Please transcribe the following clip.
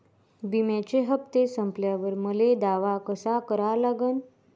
बिम्याचे हप्ते संपल्यावर मले दावा कसा करा लागन?